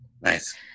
Nice